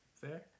fair